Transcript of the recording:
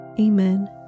Amen